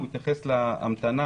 התייחס להמתנה,